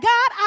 God